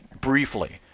briefly